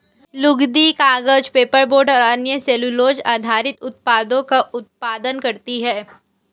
लुगदी, कागज, पेपरबोर्ड और अन्य सेलूलोज़ आधारित उत्पादों का उत्पादन करती हैं